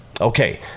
Okay